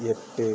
எட்டு